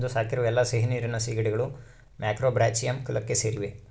ಇಂದು ಸಾಕಿರುವ ಎಲ್ಲಾ ಸಿಹಿನೀರಿನ ಸೀಗಡಿಗಳು ಮ್ಯಾಕ್ರೋಬ್ರಾಚಿಯಂ ಕುಲಕ್ಕೆ ಸೇರಿವೆ